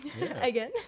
Again